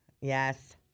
Yes